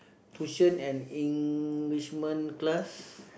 tuition and enrichment class